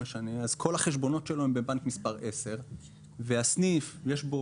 אז כל החשבונות שלו הם בבנק מספר 10. בסניף יש לא